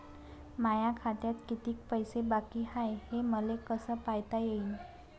माया खात्यात कितीक पैसे बाकी हाय हे मले कस पायता येईन?